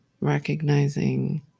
recognizing